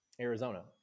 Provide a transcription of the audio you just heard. Arizona